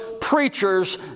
preachers